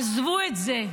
עזבו את זה,